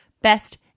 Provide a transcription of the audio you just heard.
Best